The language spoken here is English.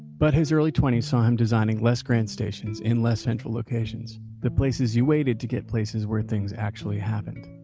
but his early twenty s saw him designing less grand stations in less central locations. the places you waited to get places where things actually happened.